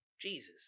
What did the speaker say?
Jesus